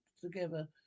together